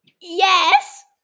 Yes